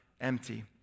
empty